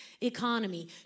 Economy